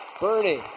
Bernie